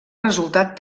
resultat